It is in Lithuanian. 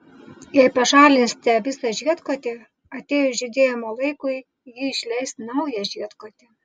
jei pašalinsite visą žiedkotį atėjus žydėjimo laikui ji išleis naują žiedkotį